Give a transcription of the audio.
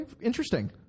interesting